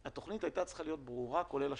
התכנית הייתה צריכה להיות ברורה, כולל השלבים.